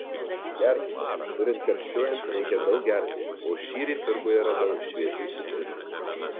gerkite turint karščiuojant reikia daug gerti o šįryt turguje radau šviežių citrinų